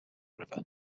river